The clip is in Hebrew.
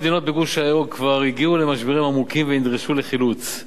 כמה מדינות בגוש היורו כבר הגיעו למשברים עמוקים ונדרשו לחילוץ.